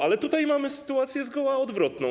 Ale tutaj mamy sytuację zgoła odwrotną.